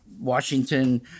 Washington